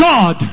God